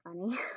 funny